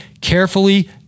carefully